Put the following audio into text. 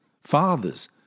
fathers